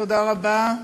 תודה רבה.